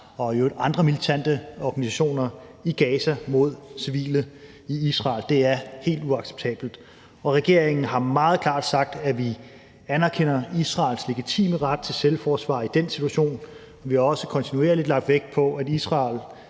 andre militante organisationer i Gaza mod civile i Israel. Det er helt uacceptabelt. Regeringen har meget klart sagt, at vi anerkender Israels legitime ret til selvforsvar i den situation. Vi har også kontinuerligt lagt vægt på, at Israel